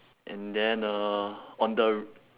and then uh on the